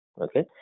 okay